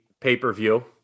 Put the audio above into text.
pay-per-view